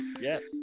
yes